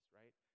right